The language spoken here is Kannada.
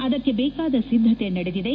ಅದಕ್ಕೆ ಬೇಕಾದ ಸಿದ್ದತೆ ನಡೆದಿದೆ